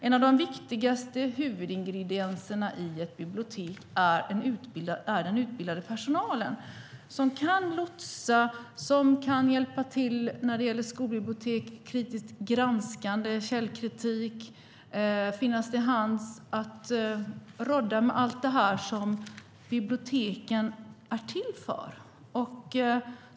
En av de viktigaste huvudingredienserna i ett bibliotek är den utbildade personalen, som kan lotsa och hjälpa till när det gäller skolbibliotek och kritisk, granskande källkritik, finnas till hands för att ordna med allt det som biblioteken är till för.